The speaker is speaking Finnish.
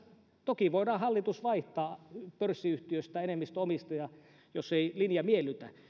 toki enemmistöomistaja voi vaihtaa hallituksen pörssiyhtiöstä jos ei linja miellytä